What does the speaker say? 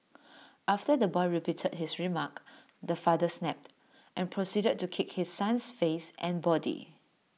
after the boy repeated his remark the father snapped and proceeded to kick his son's face and body